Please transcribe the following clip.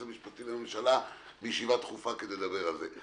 המשפטי לממשלה מישיבה דחופה כדי לדבר על זה,